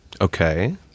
Okay